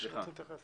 "להתגלגל"